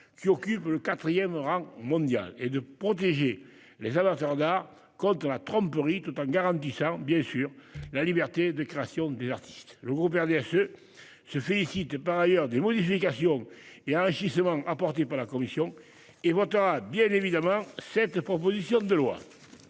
qui occupe le quatrième rang mondial -et à protéger les amateurs d'art contre la tromperie, tout en garantissant la liberté de création des artistes. Le groupe du RDSE se félicite par ailleurs des modifications et enrichissements apportés par la commission. Il votera bien évidemment cette proposition de loi.